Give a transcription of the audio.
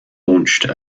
launched